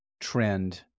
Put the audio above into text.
trend